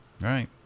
Right